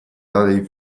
dalej